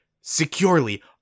securely